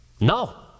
No